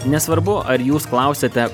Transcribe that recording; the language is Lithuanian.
nesvarbu ar jūs klausiate